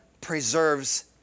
preserves